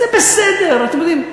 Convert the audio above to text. זה בסדר, אתם יודעים,